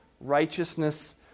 righteousness